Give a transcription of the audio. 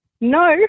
No